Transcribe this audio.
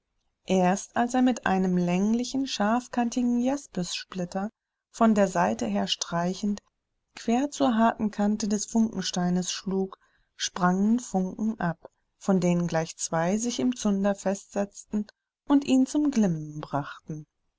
erst als er mit einem länglichen scharfkantigen jaspis splitter von der seite her streichend quer zur harten kante des funksteines schlug sprangen funken ab von denen gleich zwei sich im zunder festsetzten und ihn zum glimmen brachten